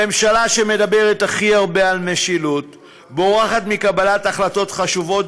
הממשלה שמדברת הכי הרבה על משילות בורחת מקבלת החלטות חשובות